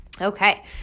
okay